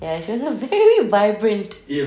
ya she also very vibrant